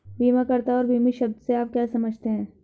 बीमाकर्ता और बीमित शब्द से आप क्या समझते हैं?